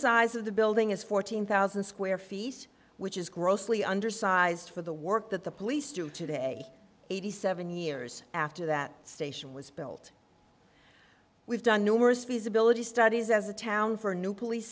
size of the building is fourteen thousand square feet which is grossly undersized for the work that the police do today eighty seven years after that station was built we've done numerous feasibility studies as a town for a new police